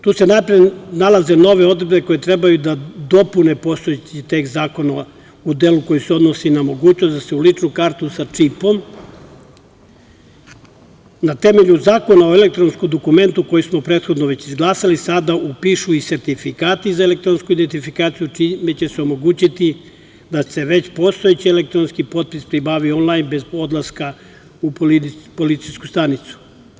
Tu se najpre nalaze nove odredbe koje treba da dopune postojeći tekst zakona u delu koji se odnosi na mogućnost da se u ličnu kartu sa čipom, na temelju Zakona o elektronskom dokumentu, koji smo prethodno već izglasali, sada upišu i sertifikati za elektronsku identifikaciju, čime će se omogućiti da se već postojeći elektronski potpis pribavi onlajn, bez odlaska u policijsku stanicu.